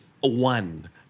one